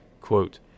quote